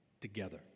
together